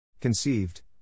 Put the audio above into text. Conceived